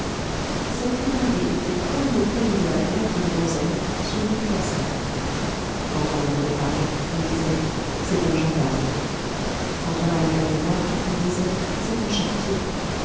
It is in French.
cette thénardier était comme le produit de la greffe d'une donzelle sur une poissarde quand on l'entendait parler on disait c'est un gendarme quand on la regardait boire on disait c'est un charretier